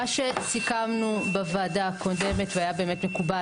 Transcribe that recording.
מה שסיכמנו בוועדה הקודמת והיה באמת מקובל